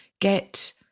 get